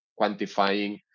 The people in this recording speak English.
quantifying